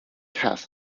has